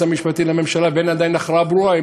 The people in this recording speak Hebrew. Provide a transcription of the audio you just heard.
המשפטי לממשלה ואין עדיין הכרעה ברורה,